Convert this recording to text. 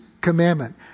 commandment